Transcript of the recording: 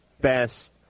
best